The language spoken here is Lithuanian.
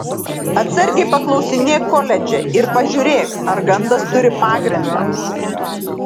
atsargiai paklausinėk koledže ir pažiūrėk ar gandas turi pagrindą